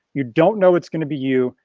you don't know what's gonna be you.